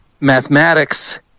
mathematics